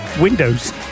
Windows